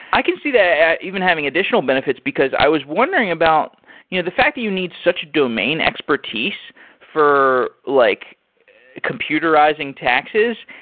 i can see that even having additional benefits, because i was wondering about you know the fact that you need such domain expertise for like computerizing taxes,